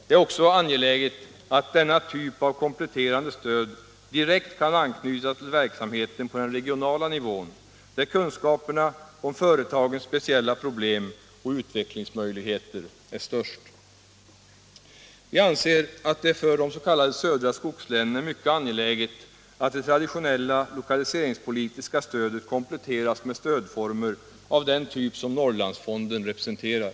Det är också angeläget att denna typ av kompletterande stöd direkt kan anknytas till Nr 129 verksamheten på den regionala nivån där kunskaperna om företagens Torsdagen den speciella problem och utvecklingsmöjligheter är störst. 12 maj 1977 Vi anser att det för de s.k. södra skogslänen är mycket angeläget Lo att det traditionella lokaliseringspolitiska stödet kompletteras med stöd — Vissa industri och former av den typ som Norrlandsfonden representerar.